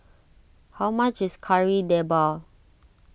how much is Kari Debal